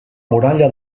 muralla